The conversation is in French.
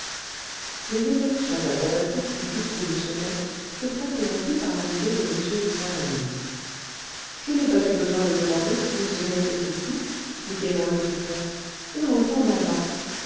les évolutions acrobatiques du duc de lucenay furent interrompues par l'arrivée de m de saint-remy je n'ai pas eu besoin de demander si lucenay était ici dit gaiement le vicomte on l'entend d'en bas